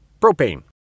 propane